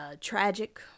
tragic